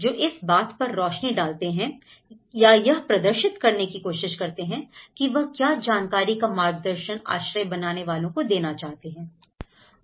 जो इस बात पर रोशनी डालते हैं या यह प्रदर्शित करने की कोशिश करते हैं कि वह क्या जानकारी या मार्गदर्शन आश्रय बनाने वालों को देना चाहते हैं